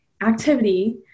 activity